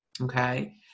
Okay